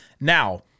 Now